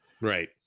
Right